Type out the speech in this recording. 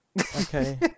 Okay